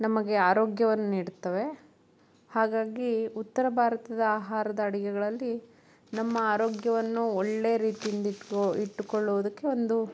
ನಮಗೆ ಆರೋಗ್ಯವನ್ನು ನೀಡುತ್ತವೆ ಹಾಗಾಗಿ ಉತ್ತರ ಭಾರತದ ಆಹಾರದ ಅಡುಗೆಗಳಲ್ಲಿ ನಮ್ಮ ಆರೋಗ್ಯವನ್ನು ಒಳ್ಳೆ ರೀತಿಯಿಂದ ಇಟ್ಕೊ ಇಟ್ಟುಕೊಳ್ಳುವುದಕ್ಕೆ ಒಂದು